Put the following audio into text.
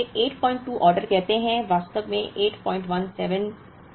तो हम इसे 82 ऑर्डर कहते हैं वास्तव में 817